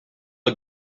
are